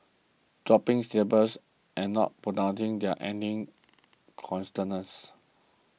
dropping syllables and not pronouncing their ending